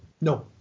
No